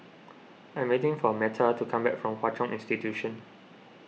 I'm waiting for Metta to come back from Hwa Chong Institution